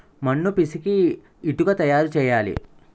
మన్ను పిసికి ఇటుక తయారు చేయాలి